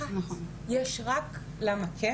יש רק למה כן